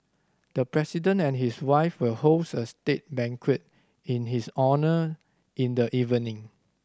the President and his wife will host a state banquet in his honour in the evening